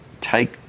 take